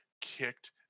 kicked